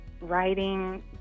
writing